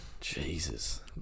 Jesus